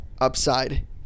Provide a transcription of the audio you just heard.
upside